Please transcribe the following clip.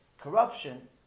Corruption